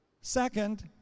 second